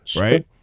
right